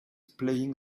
playing